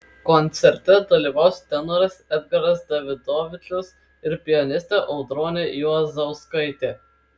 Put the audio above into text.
koncerte dalyvaus tenoras edgaras davidovičius ir pianistė audronė juozauskaitė